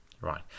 Right